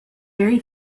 very